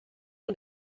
und